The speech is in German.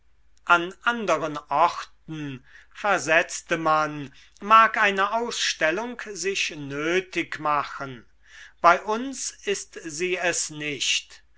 an anderen orten versetzte man mag eine ausstellung sich nötig machen bei uns ist sie es nicht